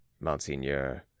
monseigneur